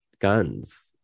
guns